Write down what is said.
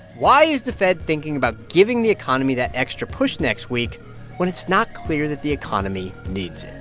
why is the fed thinking about giving the economy that extra push next week when it's not clear that the economy needs